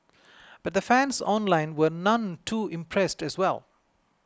but the fans online were none too impressed as well